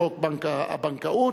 חוק הבנקאות,